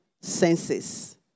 senses